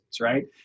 right